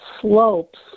slopes